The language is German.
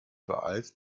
beeilst